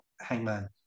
Hangman